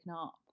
up